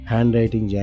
Handwriting